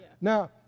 Now